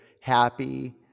happy